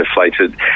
deflated